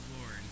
Lord